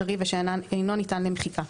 קריא ושאינו ניתן למחיקה,